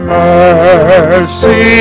mercy